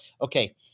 Okay